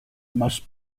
must